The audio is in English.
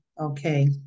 okay